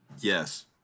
Yes